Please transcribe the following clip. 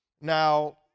Now